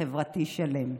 חברתי שלם,